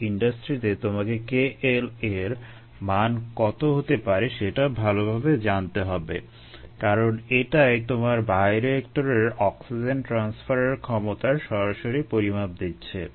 তাই ইন্ডাস্ট্রিতে তোমাকে KLa এর মান কত হতে পারে সেটা ভালভাবে জানতে হবে কারণ এটাই তোমার বায়োরিয়েক্টরের অক্সিজেন ট্রান্সফারের ক্ষমতার সরাসরি পরিমাপ দিচ্ছে